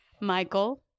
michael